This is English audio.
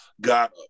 got